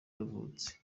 yavutse